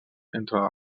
entre